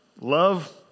love